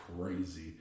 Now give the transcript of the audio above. crazy